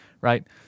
right